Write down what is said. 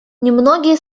немногие